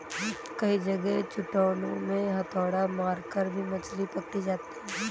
कई जगह चट्टानों पर हथौड़ा मारकर भी मछली पकड़ी जाती है